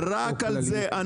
רק על זה,